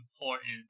important